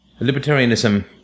Libertarianism